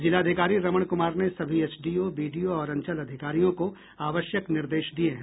जिलाधिकारी रमण कुमार ने सभी एसडीओ बीडीओ और अंचल अधिकारियों को आवश्यक निर्देश दिए हैं